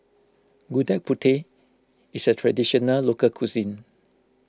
Gudeg Putih is a Traditional Local Cuisine